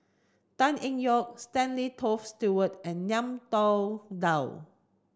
Tan Eng Yoon Stanley Toft Stewart and Ngiam Tong Dow